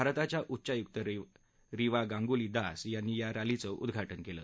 भारताच्या उच्चायुक रीवा गांगुली दास यांनी या रॅलीच उद्घाटन केलं